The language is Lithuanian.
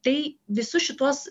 tai visus šituos